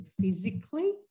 physically